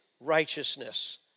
righteousness